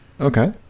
Okay